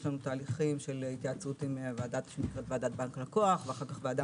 יש לנו תהליכים של התייעצות עם ועדת בנק לקוח ואחר כך ועדה